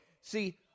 see